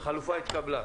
החלופה התקבלה.